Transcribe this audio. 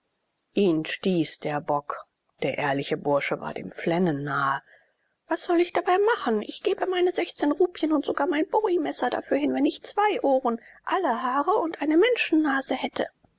ihn stieß der bock der ehrliche bursche war dem flennen nahe was soll ich dabei machen ich gäbe meine sechzehn rupien und sogar mein bowiemesser dafür hin wenn ich zwei ohren alle haare und eine menschennase hätte